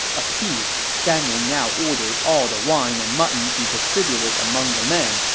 appeased, gan ning now ordered all the wine and mutton be distributed among the men,